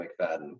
McFadden